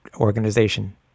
organization